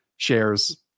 shares